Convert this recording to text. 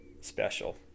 special